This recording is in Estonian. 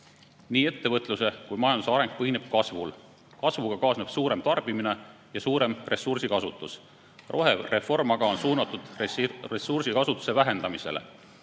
Nii ettevõtluse kui ka majanduse areng põhineb kasvul. Kasvuga kaasneb suurem tarbimine ja suurem ressursikasutus. Rohereform aga on suunatud ressursikasutuse vähendamisele.